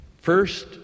First